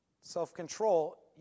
self-control